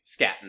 scatting